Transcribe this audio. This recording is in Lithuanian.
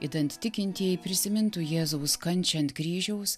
idant tikintieji prisimintų jėzaus kančią ant kryžiaus